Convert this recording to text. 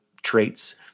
traits